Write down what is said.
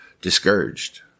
discouraged